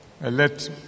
let